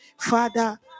Father